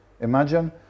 Imagine